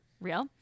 real